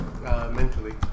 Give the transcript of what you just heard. Mentally